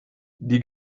die